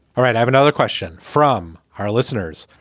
all right. i have another question from our listeners.